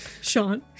Sean